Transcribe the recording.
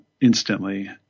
instantly